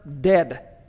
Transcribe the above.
dead